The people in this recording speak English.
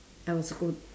that was good